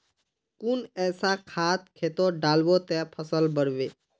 कुन ऐसा खाद खेतोत डालबो ते फसल बढ़बे?